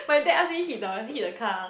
my dad ask me hit the hit the car